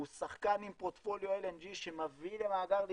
הוא שחקן עם פורטפוליו LNG שמביא למאגר לווייתן,